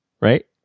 right